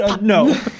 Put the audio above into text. No